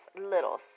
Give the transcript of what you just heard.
little